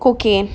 cocaine